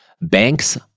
Banks